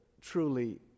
truly